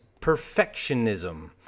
perfectionism